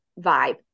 vibe